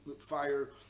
fire